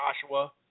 Joshua